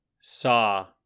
saw